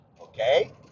okay